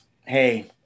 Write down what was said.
hey